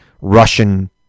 Russian